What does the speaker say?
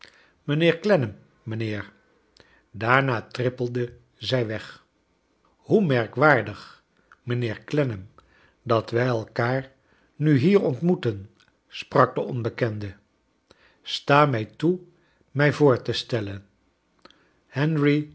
clennam mijnheer j daarna trippelde zij weg j hoe merkwaardig mijnheer clen nam dat wij elkaar nu hier ontmoeten sprak de onbekende sta mij toe mij voor te stellen henry